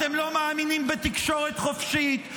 אתם לא מאמינים בתקשורת חופשית.